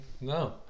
no